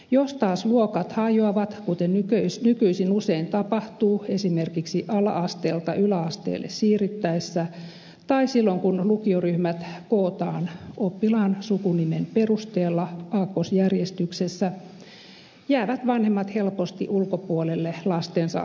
jos taas luokat hajoavat kuten nykyisin usein tapahtuu esimerkiksi ala asteelta yläasteelle siirryttäessä tai silloin kun lukioryhmät kootaan oppilaan sukunimen perusteella aakkosjärjestyksessä jäävät vanhemmat helposti lastensa asioiden ulkopuolelle